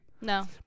No